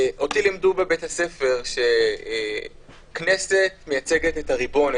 אותי לימדו בבית ספר שהכנסת מייצגת את הריבון,